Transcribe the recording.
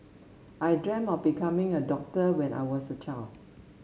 I dream of becoming a doctor when I was a child